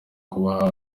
kubaba